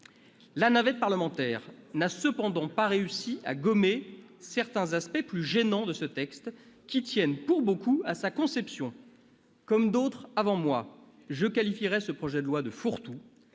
La navette parlementaire n'a cependant pas réussi à gommer certains aspects plus gênants de ce texte qui tiennent pour beaucoup à sa conception. Comme d'autres avant moi, je qualifierai ce projet de loi de fourre-tout.